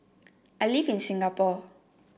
I live in Singapore